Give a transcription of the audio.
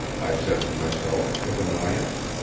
i said to myself with annoyance.